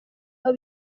aho